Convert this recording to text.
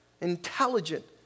Intelligent